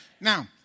Now